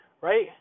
right